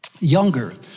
younger